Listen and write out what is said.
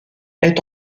est